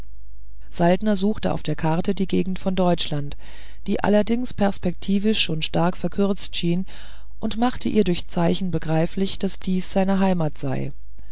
saltner suchte auf der karte die gegend von deutschland die allerdings perspektivisch schon stark verkürzt erschien und machte ihr durch zeichen begreiflich daß hier seine heimat sei